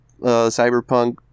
cyberpunk